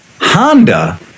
Honda